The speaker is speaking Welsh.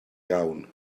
iawn